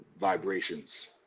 vibrations